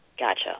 Gotcha